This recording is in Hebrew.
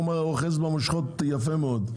הוא אוחז במושכות יפה מאוד.